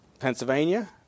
Pennsylvania